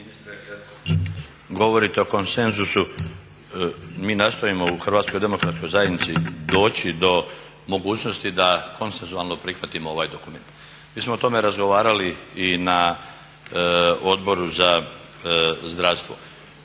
Darko (HDZ)** … govorite o konsenzusu, mi nastojimo u HDZ-u doći do mogućnosti da konsensualno prihvatimo ovaj dokument. Mi smo o tome razgovarali i na Odboru za zdravstvo.